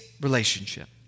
relationship